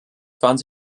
fahren